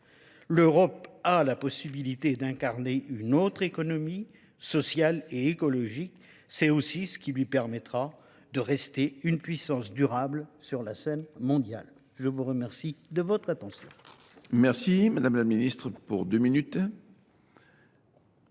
L'Europe a la possibilité d'incarner une autre économie sociale et écologique. C'est aussi ce qui lui permettra de rester une puissance durable sur la scène mondiale. Je vous remercie de votre attention.